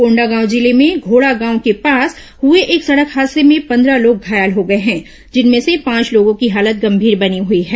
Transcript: कोंडागांव जिले में घोड़ा गांव के पास हुए एक सड़क हादसे में पंदह लोग घायल हो गए हैं जिनमें से पांच लोगों की हालत गंभीर बनी हुई है